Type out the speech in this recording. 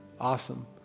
Awesome